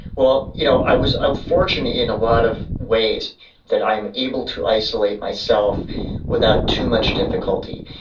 well, you know, i was ah fortunate in a lot of ways that i'm able to isolate myself without too much difficulty.